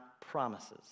promises